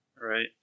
Right